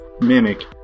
mimic